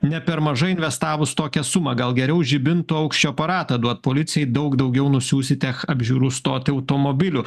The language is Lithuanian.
ne per mažai investavus tokią sumą gal geriau žibintų aukščio aparatą duot policijai daug daugiau nusiųs į tech apžiūrų stotį automobilių